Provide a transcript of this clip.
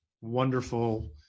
wonderful